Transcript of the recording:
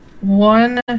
one